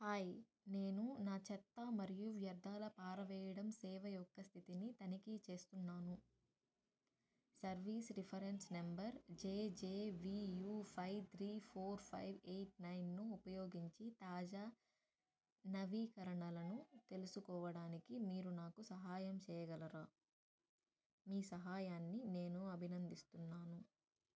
hi నేను నా చెత్త మరియు వ్యర్థాల పారవేయడం సేవ యొక్క స్థితిని తనిఖీ చేస్తున్నాను service reference number J J V U five three four five eight నైన్ను ఉపయోగించి తాజా నవీకరణలను తెలుసుకోవడానికి మీరు నాకు సహాయం చేయగలరా మీ సహాయాన్ని నేను అభినందిస్తున్నాను